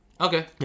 Okay